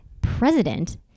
president